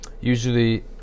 usually